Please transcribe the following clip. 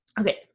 okay